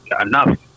enough